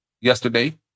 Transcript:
yesterday